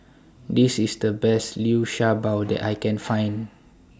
This IS The Best Liu Sha Bao that I Can Find